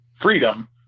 freedom